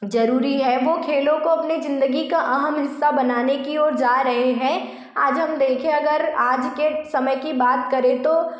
ज़रूरी है वह खेलों को अपनी ज़िन्दगी का अहम हिस्सा बनाने की ओर जा रहे हैं आज हम देखें अगर आज के समय की बात करें तो